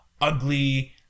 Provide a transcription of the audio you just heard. ugly